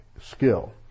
skill